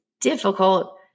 difficult